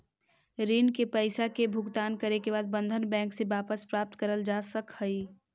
ऋण के पईसा के भुगतान करे के बाद बंधन बैंक से वापस प्राप्त करल जा सकऽ हई